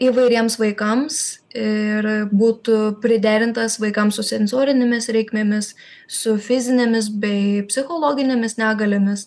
įvairiems vaikams ir būtų priderintas vaikams su sensorinėmis reikmėmis su fizinėmis bei psichologinėmis negaliomis